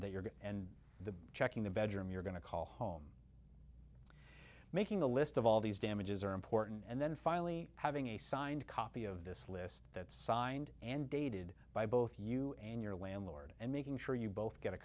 that you're going and the checking the bedroom you're going to call home making a list of all these damages are important and then finally having a signed copy of this list that signed and dated by both you and your landlord and making sure you both get a